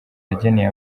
yageneye